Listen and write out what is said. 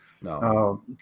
No